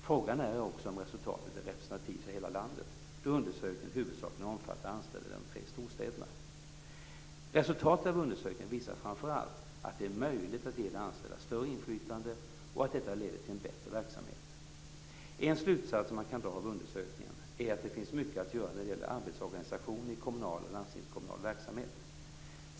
Frågan är också om resultatet är representativt för hela landet, då undersökningen huvudsakligen omfattar anställda i de tre storstäderna. Resultatet av undersökningen visar framför allt att det är möjligt att ge de anställda större inflytande och att detta leder till en bättre verksamhet. En slutsats som man kan dra av undersökningen är att det finns mycket att göra när det gäller arbetsorganisation i kommunal och landstingskommunal verksamhet.